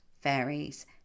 fairies